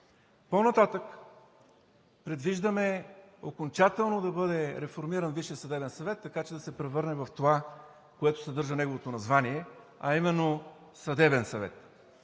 По-нататък предвиждаме окончателно да бъде реформиран Висшият съдебен съвет, така че да се превърне в това, което съдържа неговото название, а именно – Съдебен съвет,